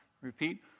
Repeat